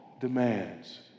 demands